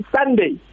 Sunday